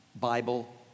Bible